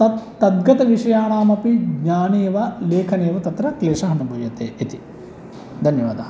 तद् तद्गतविषयाणामपि ज्ञानेव लेखनेव तत्र क्लेशः अनुभूयते इति धन्यवादाः